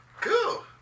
Cool